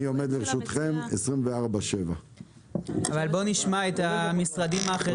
אני עומד לרשותכם 24/7. אבל בואו נשמע את המשרדים האחרים.